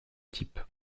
type